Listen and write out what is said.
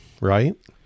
right